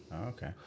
okay